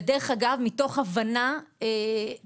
ודרך אגב מתוך הבנה מוחלטת